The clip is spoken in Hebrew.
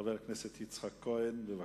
חבר הכנסת יצחק כהן, בבקשה.